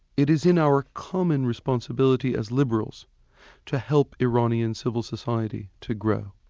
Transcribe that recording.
it is in our common responsibility as liberals to help iranian civil society to grow.